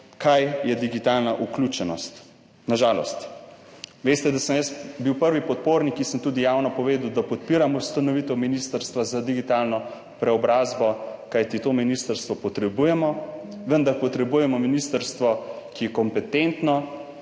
kaj je digitalna vključenost. Na žalost. Veste, da sem jaz bil prvi podpornik, ki sem tudi javno povedal, da podpiram ustanovitev Ministrstva za digitalno preobrazbo, kajti to ministrstvo potrebujemo, vendar potrebujemo ministrstvo, ki je kompetentno,